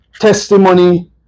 testimony